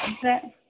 ओमफ्राय